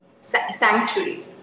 Sanctuary